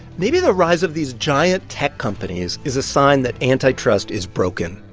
maybe the rise of these giant tech companies is a sign that antitrust is broken,